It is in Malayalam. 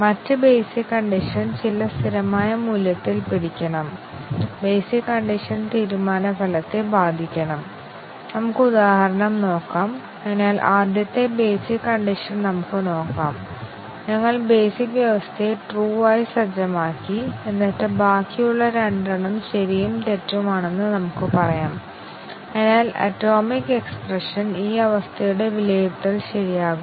ഇപ്പോൾ കംപൈലറുകൾ ഷോർട്ട് സർക്യൂട്ട് മൂല്യനിർണ്ണയം നടത്തുന്ന ചില ഉദാഹരണങ്ങൾ നോക്കാം നമുക്ക് a30 ഉം b50 ഉം ഒരു കണ്ടീഷണൽ എക്സ്പ്രെഷൻ ആണെങ്കിൽ ആദ്യത്തേത് അത് വിലയിരുത്തുന്ന ഇടതുവശത്ത് നിന്ന് വിലയിരുത്തപ്പെടുന്നില്ലെന്നും ആദ്യത്തേത് ഫാൾസ് ആയി വിലയിരുത്തിയാൽ രണ്ടാമത്തെ കണ്ടിഷൻ നെ വിലയിരുത്തേണ്ടതില്ല